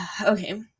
Okay